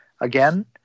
again